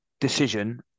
decision